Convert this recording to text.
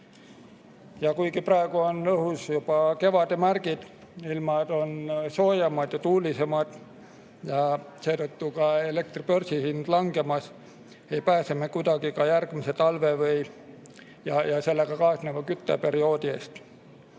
Kuigi praegu on õhus juba kevade märgid, ilmad on soojemad ja tuulisemad ja seetõttu ka elektri börsihind langemas, ei pääse me kuidagi järgmise talve ja sellega kaasneva kütteperioodi eest.